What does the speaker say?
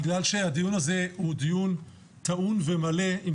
בגלל שהדיון הזה הוא דיון טעון ומלא עם